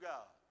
God